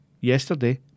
yesterday